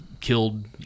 killed